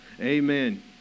Amen